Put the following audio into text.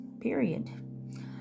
period